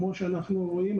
כמו שאנחנו רואים,